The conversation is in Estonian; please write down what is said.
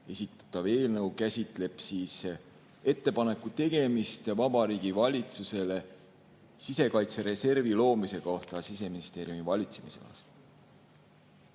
esitatav eelnõu käsitleb ettepaneku tegemist Vabariigi Valitsusele sisekaitsereservi loomise kohta Siseministeeriumi valitsemisalas.